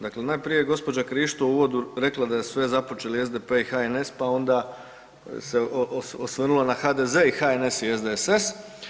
Dakle, najprije je gospođa Krišto u uvodu rekla da su sve započeli SDP i HNS pa onda se osvrnula na HDZ i HNS i SDSS.